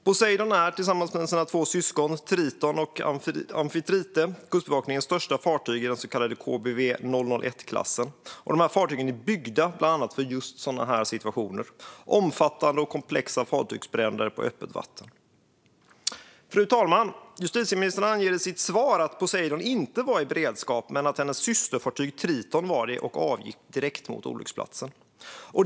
Poseidon är tillsammans med sina två syskon Triton och Amfitrite Kustbevakningens största fartyg i den så kallade KBV 001-klassen, och de här fartygen är byggda för bland annat just sådana här situationer med omfattande och komplexa fartygsbränder på öppet vatten. Fru talman! Justitieministern anger i sitt svar att Poseidon inte var i beredskap men att hennes systerfartyg Triton var det och direkt avgick mot olycksplatsen.